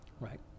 Right